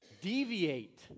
deviate